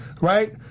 Right